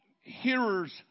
hearers